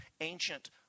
ancient